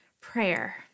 prayer